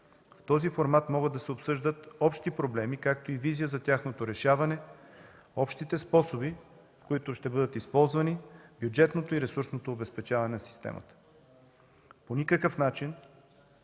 В този формат могат да се обсъждат общи проблеми, както и визия за тяхното решаване; общите способи, които ще бъдат използвани; бюджетното и ресурсното обезпечаване на системата. По никакъв начин